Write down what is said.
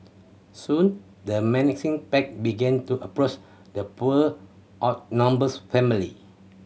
soon the menacing pack began to approach the poor outnumbers family